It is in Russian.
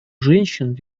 женщин